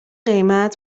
قیمت